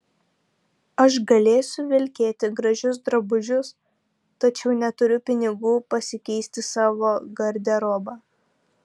aš galėsiu vilkėti gražius drabužius tačiau neturiu pinigų pasikeisti savo garderobą